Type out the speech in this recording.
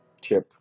Chip